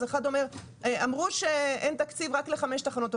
אז שני אומר: אמרו שאין תקציב, רק לחמש תקנות.